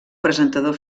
presentador